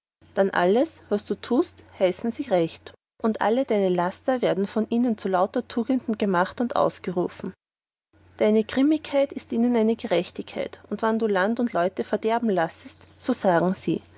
dann alles was du tust heißen sie recht und alle deine laster werden von ihnen zu lauter tugenden gemachet und ausgerufen deine grimmigkeit ist ihnen eine gerechtigkeit und wann du land und leute verderben lässest so sagen sie